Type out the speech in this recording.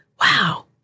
wow